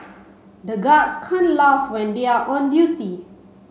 the guards can't laugh when they are on duty